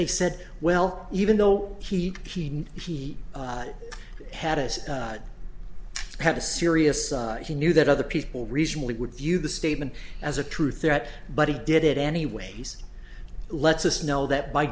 they said well even though he he he had as had a serious he knew that other people recently would view the statement as a true threat but he did it anyways lets us know that by